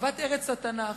אהבת ארץ התנ"ך,